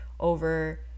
over